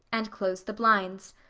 and closed the blinds.